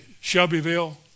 Shelbyville